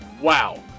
wow